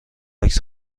عکس